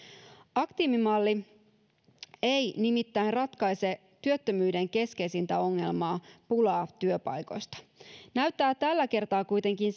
aktiivimalli ei nimittäin ratkaise työttömyyden keskeisintä ongelmaa pulaa työpaikoista näyttää tällä kertaa kuitenkin